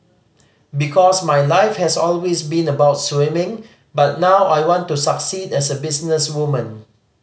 because my life has always been about swimming but now I want to succeed as a businesswoman